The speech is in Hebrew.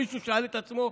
מישהו שאל את עצמו?